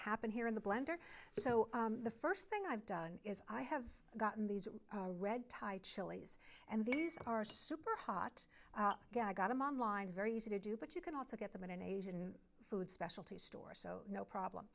happen here in the blender so the first thing i've done is i have gotten these are red tie chilies and these are super hot guy got them on line very easy to do but you can also get them in an asian food specialty store so no problem